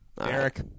Eric